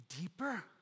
deeper